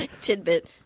Tidbit